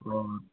और